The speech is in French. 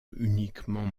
uniquement